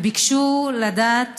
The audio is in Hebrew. וביקשו לדעת